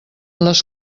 les